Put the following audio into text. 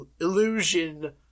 illusion